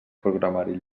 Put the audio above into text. programari